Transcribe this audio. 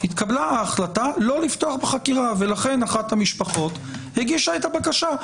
התקבלה ההחלטה לא לפתוח בחקירה ולכן אחת המשפחות הגישה את הבקשה.